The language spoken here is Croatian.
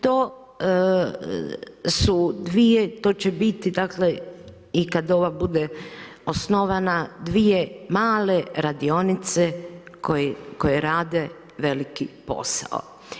To su dvije, to će biti, dakle, i kada ova bude osnovana, dvije male radionice, koje rade veliki posao.